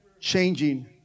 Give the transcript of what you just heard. changing